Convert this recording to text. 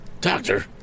Doctor